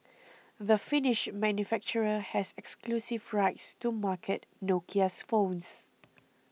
the Finnish manufacturer has exclusive rights to market Nokia's phones